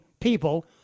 people